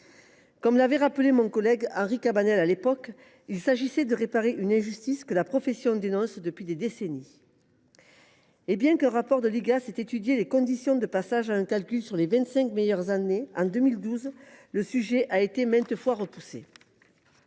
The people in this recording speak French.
Comme le rappelait mon collègue Henri Cabanel à l’époque, il s’agissait de réparer une injustice dénoncée par la profession depuis des décennies. En effet, bien qu’un rapport de l’Igas ait étudié les conditions de passage à un calcul sur les vingt cinq meilleures années dès 2012, le sujet a été maintes fois repoussé.